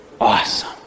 awesome